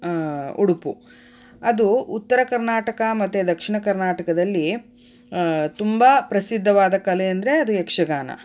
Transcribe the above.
ಉಡುಪು ಅದು ಉತ್ತರ ಕರ್ನಾಟಕ ಮತ್ತು ದಕ್ಷಿಣ ಕರ್ನಾಟಕದಲ್ಲಿ ತುಂಬ ಪ್ರಸಿದ್ಧವಾದ ಕಲೆ ಅಂದರೆ ಅದು ಯಕ್ಷಗಾನ